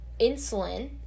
insulin